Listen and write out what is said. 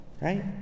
Right